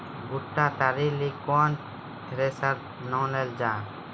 बूटा तैयारी ली केन थ्रेसर आनलऽ जाए?